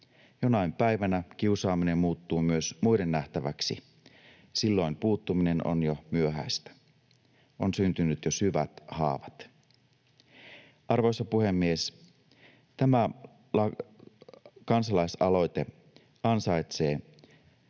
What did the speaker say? Jonain päivänä kiusaaminen muuttuu myös muiden nähtäväksi. Silloin puuttuminen on jo myöhäistä, on syntynyt jo syvät haavat. Arvoisa puhemies! Tämä kansalaisaloite ansaitsee